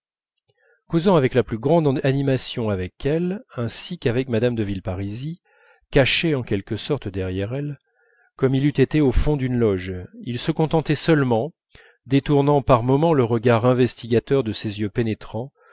causant avec la plus grande animation avec elle ainsi qu'avec mme de villeparisis caché en quelque sorte derrière elles comme il eût été au fond d'une loge il se contentait seulement détournant par moments le regard investigateur de ses yeux pénétrants